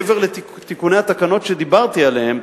מעבר לתיקוני התקנות שדיברתי עליהן,